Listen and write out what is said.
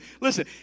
listen